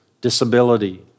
disability